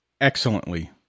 excellently